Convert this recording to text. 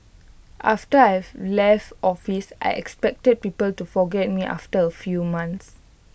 after I've left office I expected people to forget me after A few months